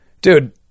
dude